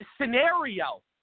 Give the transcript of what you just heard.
scenario